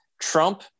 Trump